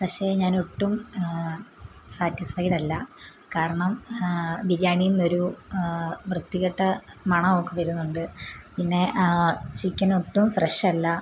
പക്ഷേ ഞാൻ ഒട്ടും സാറ്റിസ്ഫൈഡല്ല കാരണം ബിരിയാണീന്നൊരു വൃത്തികെട്ട മണം ഒക്ക വരുന്നുണ്ട് പിന്നെ ചിക്കൻ ഒട്ടും ഫ്രഷല്ല